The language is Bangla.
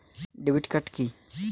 Debit card key?